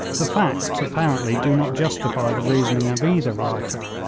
the facts apparently do not justify the reasoning of either writer.